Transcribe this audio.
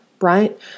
right